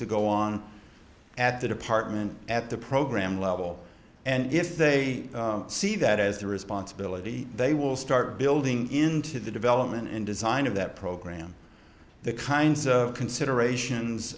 to go on at the department at the program level and if they see that as the responsibility they will start building into the development and design of that program the kinds of considerations